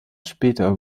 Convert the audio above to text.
später